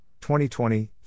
2020